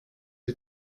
die